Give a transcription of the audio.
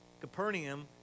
Capernaum